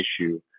issue